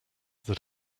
that